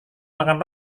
makan